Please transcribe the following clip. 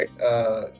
right